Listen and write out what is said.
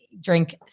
drink